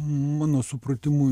mano supratimu